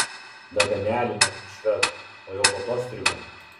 daganialinom iki švedų o jau po to strigom